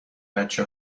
بچه